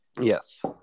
Yes